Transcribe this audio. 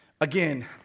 Again